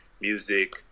music